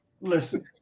Listen